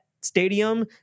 stadium